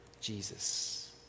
Jesus